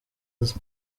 aza